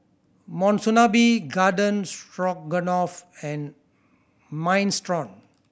Monsunabe Garden Stroganoff and Minestrone